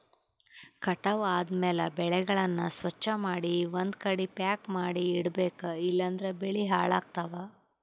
ಕಟಾವ್ ಆದ್ಮ್ಯಾಲ ಬೆಳೆಗಳನ್ನ ಸ್ವಚ್ಛಮಾಡಿ ಒಂದ್ಕಡಿ ಪ್ಯಾಕ್ ಮಾಡಿ ಇಡಬೇಕ್ ಇಲಂದ್ರ ಬೆಳಿ ಹಾಳಾಗ್ತವಾ